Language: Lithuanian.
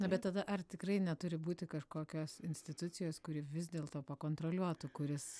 na bet tada ar tikrai neturi būti kažkokios institucijos kuri vis dėl to pakontroliuotų kuris